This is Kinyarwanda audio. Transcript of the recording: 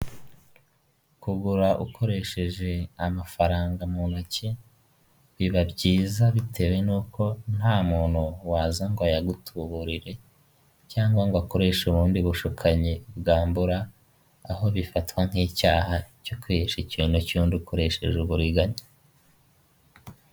Kugura ukoresheje amafaranga mu ntoki biba byiza bitewe n'uko nta muntu waza ngo ayagutuburire cyangwa ngo akoreshe ubundi bushukanyi bwambura, aho bifatwa nk'icyaha cyo kwihesha ikintu cy'undi ukoresheje uburiganya.